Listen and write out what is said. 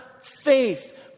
faith